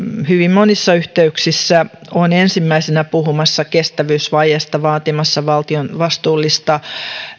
hyvin monissa yhteyksissä on ensimmäisenä puhumassa kestävyysvajeesta vaatimassa vastuullista